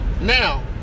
now